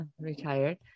retired